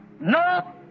no